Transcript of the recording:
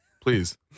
Please